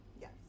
yes